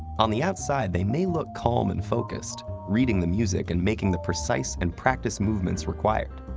on the outside, they may look calm and focused, reading the music and making the precise and practiced movements required.